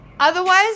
Otherwise